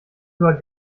über